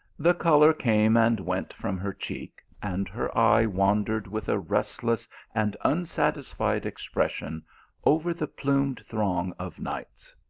the colour came and went from her cheek, and her eye wandered with a restless and unsatisfied expression over the plumed throng of knights.